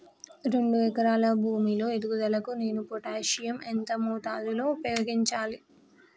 రెండు ఎకరాల భూమి లో ఎదుగుదలకి నేను పొటాషియం ఎంత మోతాదు లో ఉపయోగించాలి?